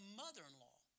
mother-in-law